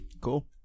Cool